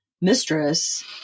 mistress